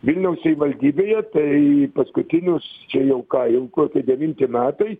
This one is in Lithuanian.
vilniaus savivaldybėje tai paskutinius čia jau ką jau koki devinti metai